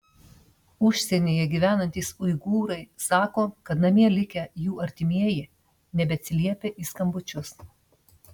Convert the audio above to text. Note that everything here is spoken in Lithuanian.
užsienyje gyvenantys uigūrai sako kad namie likę jų artimieji nebeatsiliepia į skambučius